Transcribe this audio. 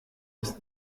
ist